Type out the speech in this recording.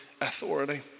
authority